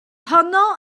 honno